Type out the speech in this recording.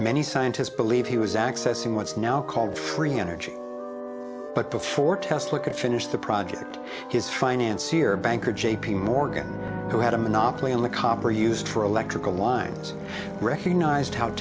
many scientists believe he was accessing what's now called free energy but before test look at finished the project his financier banker j p morgan who had a monopoly on the copper used for electrical lines recognized how